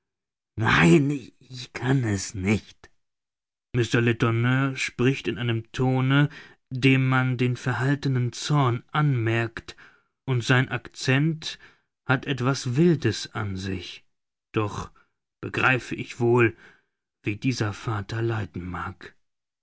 nein ich kann es nicht mr letourneur spricht in einem tone dem man den verhaltenen zorn anmerkt und sein accent hat etwas wildes an sich doch begreife ich wohl wie dieser vater leiden mag